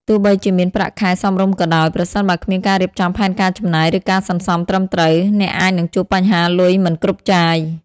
ទោះបីជាមានប្រាក់ខែសមរម្យក៏ដោយ ប្រសិនបើគ្មានការរៀបចំផែនការចំណាយ ឬការសន្សំត្រឹមត្រូវ អ្នកអាចនឹងជួបបញ្ហាលុយមិនគ្រប់ចាយ។